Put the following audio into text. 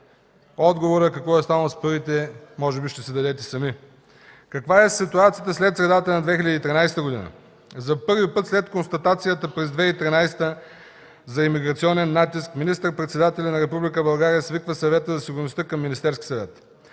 Отговорът какво е станало с парите може би ще си дадете сами. Каква е ситуацията след средата на 2013 г.? За първи път след констатацията през 2013 г. за имиграционен натиск министър-председателят на Република България свиква Съвета за сигурността към Министерския съвет.